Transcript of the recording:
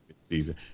season